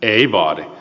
ei vaadi